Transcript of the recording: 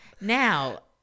Now